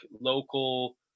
local